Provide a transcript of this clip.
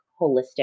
holistic